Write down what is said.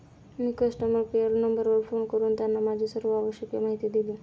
मी customer care नंबरवर phone करून त्यांना माझी सर्व आवश्यक माहिती दिली